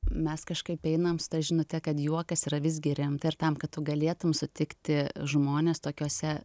mes kažkaip einam su ta žinute kad juokas yra visgi rimta ir tam kad tu galėtum sutikti žmones tokiose